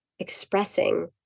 expressing